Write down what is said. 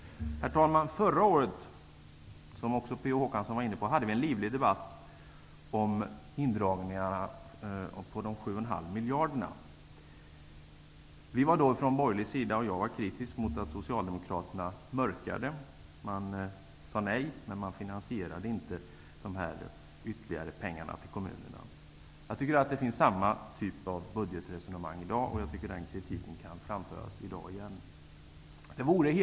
Herr talman! Förra året hade vi en livlig debatt om indragningen av 7,5 miljarder från kommunerna. Det var också P O Håkansson inne på. Vi var från borgerlig sida kritiska mot att Socialdemokraterna mörkade. De sade nej, men de finansierade inte några ytterligare bidrag till kommunerna. Det förs samma typ av budgetresonemang i dag, och kritiken kan framföras i dag igen. Herr talman!